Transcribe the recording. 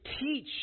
teach